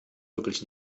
wirklich